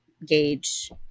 gauge